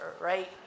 right